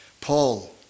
Paul